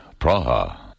Praha